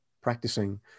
practicing